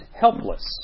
helpless